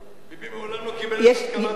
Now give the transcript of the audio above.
ביבי מעולם לא קיבל את הסכמת הליכוד.